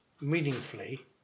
meaningfully